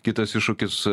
kitas iššūkis